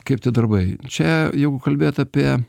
kaip tie darbai čia jeigu kalbėt apie